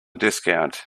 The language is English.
discount